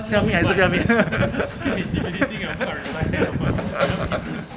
小米还这个 meh